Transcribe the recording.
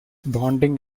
bonding